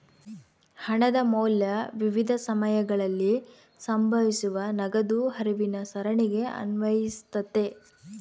ಹಣದ ಮೌಲ್ಯ ವಿವಿಧ ಸಮಯಗಳಲ್ಲಿ ಸಂಭವಿಸುವ ನಗದು ಹರಿವಿನ ಸರಣಿಗೆ ಅನ್ವಯಿಸ್ತತೆ